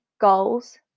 goals